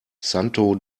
santo